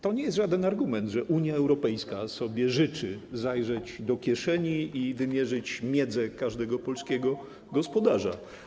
To nie jest żaden argument, że Unia Europejska życzy sobie zajrzeć do kieszeni i wymierzyć miedzę każdego polskiego gospodarza.